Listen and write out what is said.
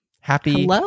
Happy